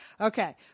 Okay